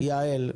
בבקשה, יעל.